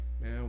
man